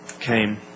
came